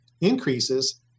increases